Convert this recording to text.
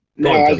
no,